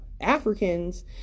Africans